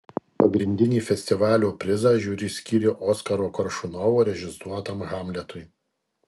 pagrindinį festivalio prizą žiuri skyrė oskaro koršunovo režisuotam hamletui